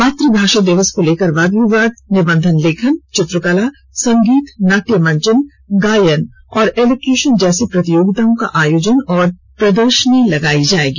मातुभाषा दिवस को लेकर वाद विवाद निबंधन लेखन चित्रकला संगीत नाट्य मंचन गायन और एलोक्यूशन जैसी प्रतियोगिताओं का आयोजन और प्रदर्शनी लगाई जाएगी